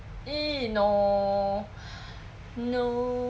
!ee! no no